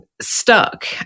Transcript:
stuck